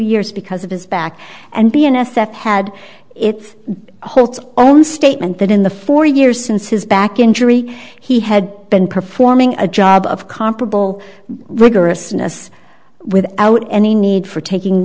years because of his back and be in s f had it's holt's own statement that in the four years since his back injury he had been performing a job of comparable rigorousness without any need for taking